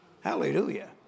Hallelujah